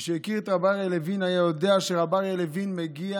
מי שהכיר את רב אריה לוין יודע שרב אריה לוין היה מגיע